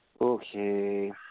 Okay